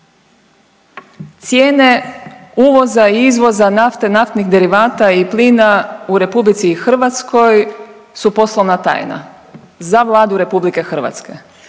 Cijene uvoza i izvoza nafte, naftnih derivata i plina u RH su poslovna tajna za Vladu RH, ali nisu